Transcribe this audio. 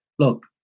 Look